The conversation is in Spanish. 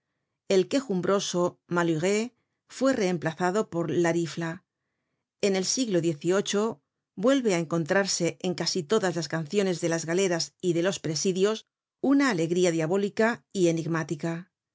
el quejumbroso maluré fue reemplazado por larifla en el siglo xviii vuelve á encontrarse en casi todas las canciones de las galeras y de los presidios une alegría diabólica y enigmática